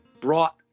brought